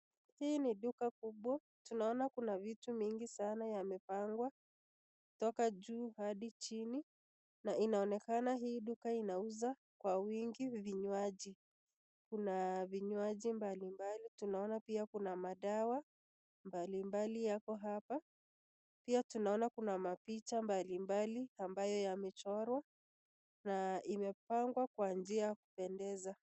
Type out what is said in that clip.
Hii ni duka kubwa tunaona kuna vitu mingi sana yamepangwa kutoka juu hadi chini na inaonakana ii duka inauza kwa wingi vinywaji, Kuna vinywaji mbalimbali tunaona pia kuna madawa mbalimbali yako hapa pia tuona kuna mapicha mbalimbali ambayo yamechorwa na imepangwa kwa njia ya kupendeza.